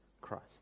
Christ